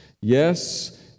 yes